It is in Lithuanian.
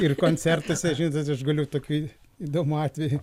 ir koncertuose žinot aš galiu tokį įdomų atvejį